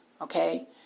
Okay